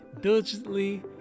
diligently